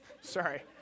Sorry